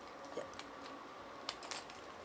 ya